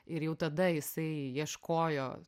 ir jau tada jisai ieškojo